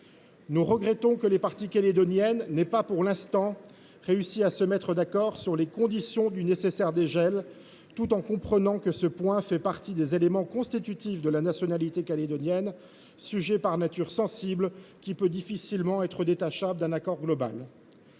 Nous regrettons que les parties calédoniennes n’aient pas pour l’instant réussi à se mettre d’accord sur les conditions du nécessaire dégel, tout en comprenant que ce point fait partie des éléments constitutifs de la nationalité calédonienne, sujet par nature sensible, qui peut difficilement être détachable d’un accord global.